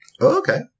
Okay